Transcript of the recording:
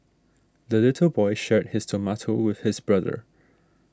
the little boy shared his tomato with his brother